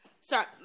Sorry